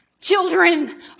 Children